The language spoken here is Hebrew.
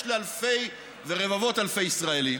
יש לאלפי ורבבות אלפי ישראלים,